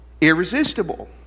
irresistible